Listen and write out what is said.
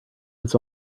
his